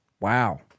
Wow